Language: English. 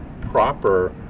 proper